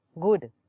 good